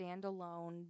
standalone